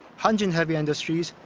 hanjin heavy industries,